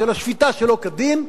של השפיטה שלא כדין,